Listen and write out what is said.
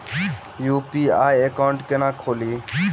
UPI account केना खोलि?